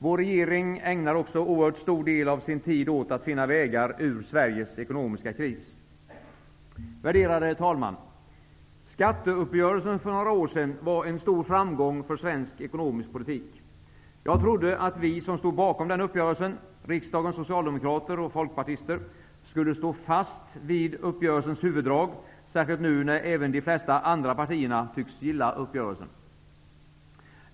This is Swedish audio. Vår regering ägnar också en oerhört stor del av sin tid åt att finna vägar ur Sveriges ekonomiska kris. Värderade talman! Skatteuppgörelsen för några år sedan var en stor framgång för svensk ekonomisk politik. Jag trodde att vi, som stod bakom den uppgörelsen -- riksdagens socialdemokrater och folkpartister -- skulle stå fast vid uppgörelsens huvuddrag, särskilt nu när även de flesta andra partierna tycks gilla uppgörelsen.